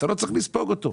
אתה לא צריך לספוג אותו.